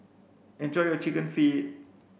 enjoy your chicken feet